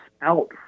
out